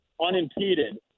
unimpeded